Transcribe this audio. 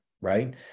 Right